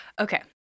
Okay